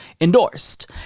endorsed